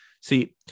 See